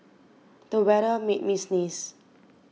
the weather made me sneeze